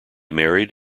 married